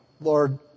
Lord